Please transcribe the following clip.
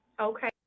Okay